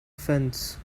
fence